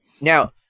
now